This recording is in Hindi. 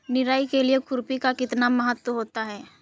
निराई के लिए खुरपी का कितना महत्व होता है?